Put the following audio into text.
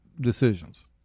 decisions